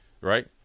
right